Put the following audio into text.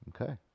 Okay